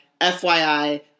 FYI